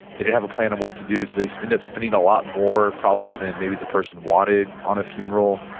they didn't have a plan of what to do so they end up spending a lot more probably than maybe the person wanted on a funeral.